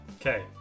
Okay